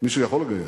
מישהו יכול לגייס.